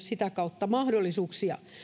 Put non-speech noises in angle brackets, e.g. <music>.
<unintelligible> sitä kautta myös mahdollisuuksia